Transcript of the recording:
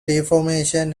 reformation